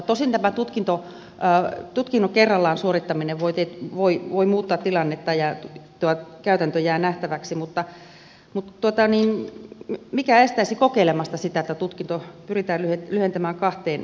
tosin tämä tutkinnon osa kerrallaan suorittaminen voi muuttaa tilannetta käytäntö jää nähtäväksi mutta mikä estäisi kokeilemasta sitä että tutkinto pyritään lyhentämään kahteen vuoteen